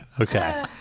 Okay